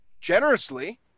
generously